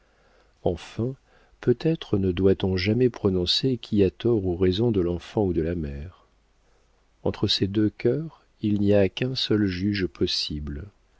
enfin peut-être ne doit-on jamais prononcer qui a tort ou raison de l'enfant ou de la mère entre ces deux cœurs il n'y a qu'un seul juge possible